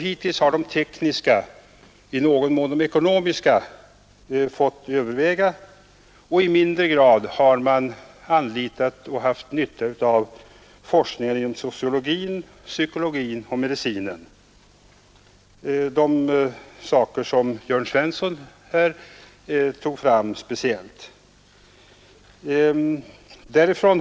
Hittills har de tekniska och i någon mån de ekonomiska fått överväga, och i mindre grad har man anlitat och haft nytta av forskning inom sociologin, psykologin och medicinen, saker som Jörn Svensson här speciellt tog fram.